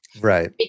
right